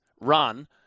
run